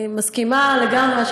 אני מסכימה לגמרי.